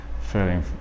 feeling